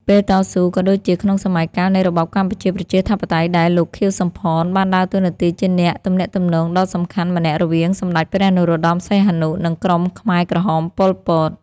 ពេលតស៊ូ ក៏ដូចជាក្នុងសម័យកាលនៃរបបកម្ពុជាប្រជាធិបតេយ្យដែរ លោក ខៀវ សំផន បានដើរតួនាទីជាអ្នកទំនាក់ទំនងដ៏សំខាន់ម្នាក់រវាងសម្តេចព្រះ នរោត្តម សីហនុ និងក្រុមខ្មែរក្រហម ប៉ុល ពត ។